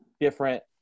different